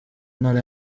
ntara